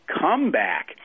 comeback